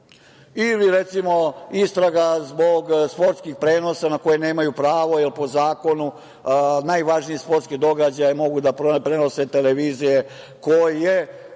ili, recimo, istraga zbog sportskih prenosa na koje nemaju pravo, jer po zakonu najvažnije sportske događaje mogu da prenose televizije koje